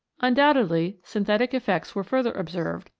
undoubtedly syn thetic effects were further observed,